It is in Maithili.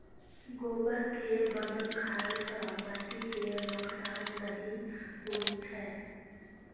गोबर केर बनल खाद सँ माटि केर नोक्सान नहि होइ छै